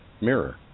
mirror